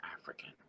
African